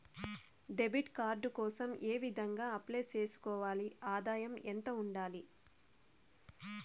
Debit card కోసం ఏ విధంగా అప్లై సేసుకోవాలి? ఆదాయం ఎంత ఉండాలి?